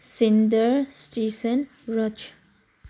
ꯁꯤꯟꯗꯔ ꯏꯁꯇꯤꯁꯟ ꯔꯆ